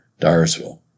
Dyersville